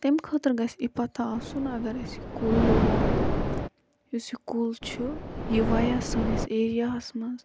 تمہِ خٲطرٕ گَژھِ یہِ پَتہٕ آسُن اگر اَسہِ یہِ کُل لوگ لوگ یُس یہِ کُل چھُ یہِ وَیہِ ہا سٲنِس ایریاہَس مَنٛز